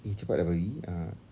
eh cepat lah babi ah